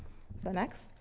so next,